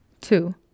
Two